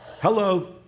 hello